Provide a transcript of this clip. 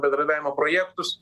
bendradarbiavimo projektus